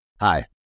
Hi